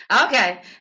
Okay